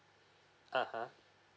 (uh huh)